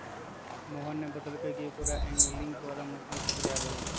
मोहन ने बतल कई कि ओकरा एंगलिंग द्वारा मछ्ली पकड़े आवा हई